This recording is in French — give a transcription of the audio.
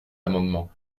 amendement